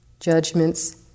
Judgments